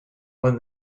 when